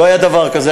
לא היה דבר כזה.